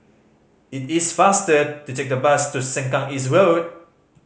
it is faster to take the bus to Sengkang East Road